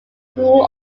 school